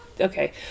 Okay